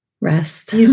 rest